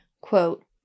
Quote